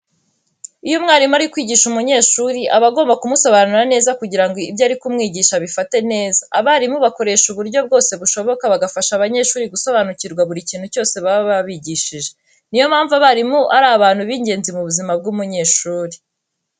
Iyo umwarimu ari kwigisha umunyeshuri aba agomba kumusobanurira neza kugira ngo ibyo ari kumwigisha abifate neza. Abarimu bakoresha uburyo bwose bushoboka bagafasha abanyeshuri gusobanukirwa buri kintu cyose baba babigishije. Ni yo mpamvu abarimu ari abantu b'ingenzi mu buzima bw'umunyeshuri.